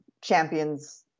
Champions